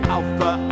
Alpha